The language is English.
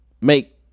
make